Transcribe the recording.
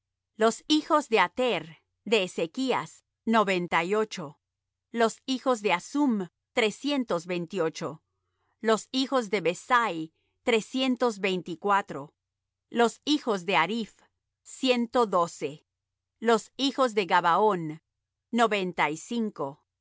los hijos de ater de ezechas noventa y ocho los hijos de hasum trescientos veintiocho los hijos de besai trescientos veinticuatro los hijos de hariph ciento doce los hijos de gabaón noventa y cinco